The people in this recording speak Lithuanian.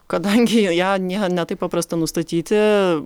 kadangi joje nie ne taip paprasta nustatyti